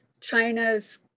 China's